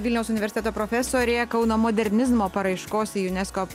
vilniaus universiteto profesorė kauno modernizmo paraiškos į unesco